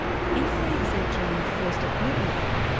if they exempt her on the first appointment though,